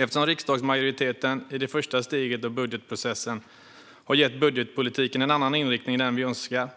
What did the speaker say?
Eftersom riksdagsmajoriteten i det första steget av budgetprocessen har gett budgetpolitiken en annan inriktning än den vi önskar